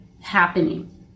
happening